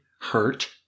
hurt